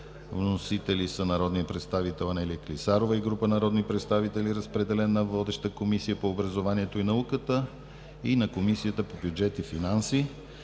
Вносители: народният представител Анелия Клисарова и група народни представители. Разпределен е на водеща Комисия по образованието и науката и на Комисията по бюджет и финанси.